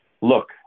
look